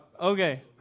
Okay